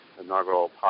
inaugural